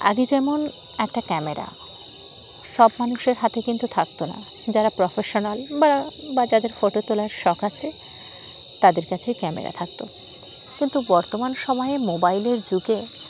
আগে যেমন একটা ক্যামেরা সব মানুষের হাতে কিন্তু থাকতো না যারা প্রফেশনাল বা বা যাদের ফটো তোলার শখ আছে তাদের কাছেই ক্যামেরা থাকতো কিন্তু বর্তমান সময়ে মোবাইলের যুগে